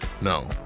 No